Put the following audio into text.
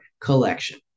collection